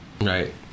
right